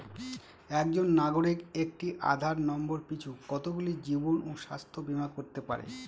একজন নাগরিক একটি আধার নম্বর পিছু কতগুলি জীবন ও স্বাস্থ্য বীমা করতে পারে?